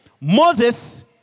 Moses